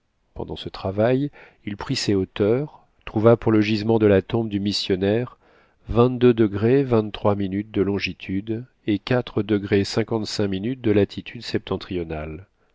pendant ce travail il prit ses hauteurs et trouva pour le gisement de la tombe du missionnaire de longitude et de latitude septentrionale